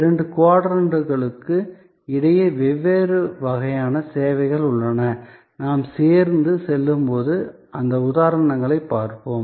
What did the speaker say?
இரண்டு குவாட்ரண்டுகளுக்கு இடையே வெவ்வேறு வகையான சேவைகள் உள்ளன நாம் சேர்ந்து செல்லும்போது அந்த உதாரணங்களை பார்ப்போம்